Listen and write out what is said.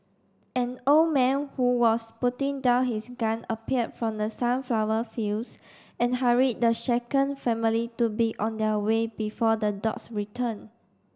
an old man who was putting down his gun appeared from the sunflower fields and hurried the shaken family to be on their way before the dogs return